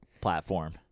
platform